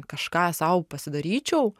kažką sau pasidaryčiau